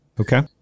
Okay